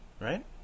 right